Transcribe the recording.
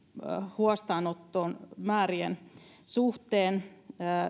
huostaanottomäärien suhteen